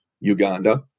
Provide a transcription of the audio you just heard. Uganda